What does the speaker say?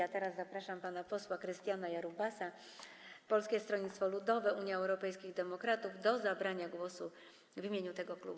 A teraz zapraszam pana posła Krystiana Jarubasa, Polskie Stronnictwo Ludowe - Unia Europejskich Demokratów, do zabrania głosu w imieniu tego klubu.